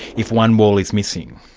if one wall is missing.